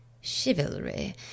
chivalry